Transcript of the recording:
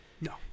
No